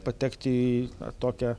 patekti į tokią